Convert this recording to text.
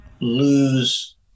lose